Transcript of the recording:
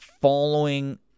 Following